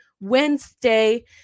Wednesday